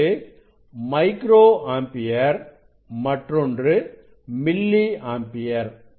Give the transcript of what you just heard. ஒன்று microampere மற்றொன்று milli ampere